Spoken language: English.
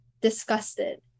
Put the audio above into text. disgusted